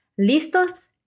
Listos